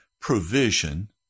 provision